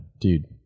dude